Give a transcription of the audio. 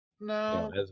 No